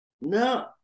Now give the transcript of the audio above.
No